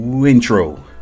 intro